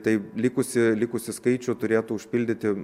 tai likusį likusį skaičių turėtų užpildyti